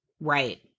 Right